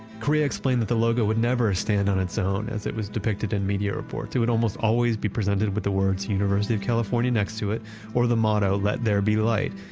correa, explained that the logo would never stand on its own, as it was depicted in media reports. it would almost always be presented with the words university of california next to it or the motto, let there be light.